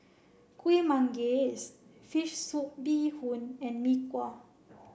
Kuih Manggis fish soup bee hoon and Mee Kuah